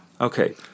Okay